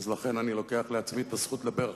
ולכן אני לוקח לעצמי את הזכות לדבר עכשיו.